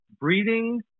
breathing